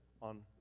on